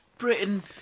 Britain